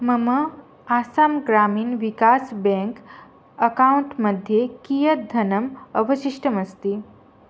मम Assam Gramin Vikas bank account मध्ये कियत् धनम् अवशिष्टमस्ति